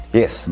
yes